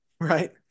right